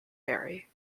barry